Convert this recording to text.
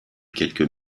quelques